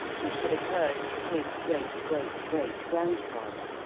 which had occurred to his great-great-great grand father,